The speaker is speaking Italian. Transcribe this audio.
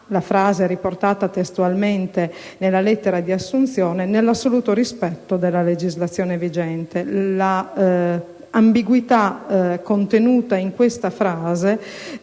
la frase è riportata testualmente nella lettera di assunzione - «nell'assoluto rispetto della legislazione vigente». L'ambiguità contenuta in questa frase